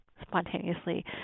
spontaneously